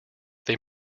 they